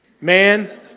Man